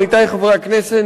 עמיתי חברי הכנסת,